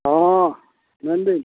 ᱦᱚᱸ ᱢᱮᱱᱫᱟᱹᱧ